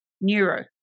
neuro